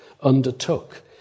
undertook